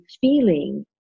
feeling